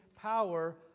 power